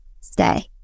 stay